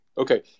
Okay